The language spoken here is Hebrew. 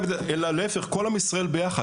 אלא יחברו את כולם ביחד.